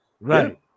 Right